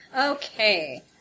Okay